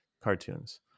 cartoons